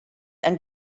and